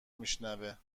میشنوه